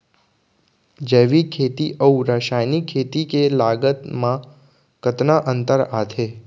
जैविक खेती अऊ रसायनिक खेती के लागत मा कतना अंतर आथे?